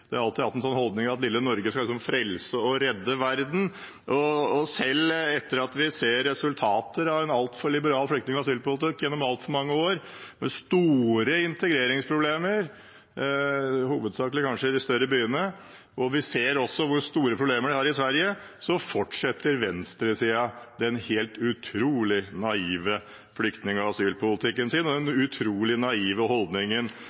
har alltid hatt den holdningen at lille Norge liksom skal frelse og redde verden. Selv etter at vi ser resultater av en altfor liberal flyktning- og asylpolitikk gjennom altfor mange år, med store integreringsproblemer, hovedsakelig kanskje i de større byene – og vi ser også hvor store problemer det er i Sverige – fortsetter venstresiden den helt utrolig naive flyktning- og asylpolitikken sin og har den utrolig naive holdningen